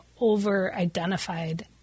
over-identified